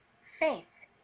faith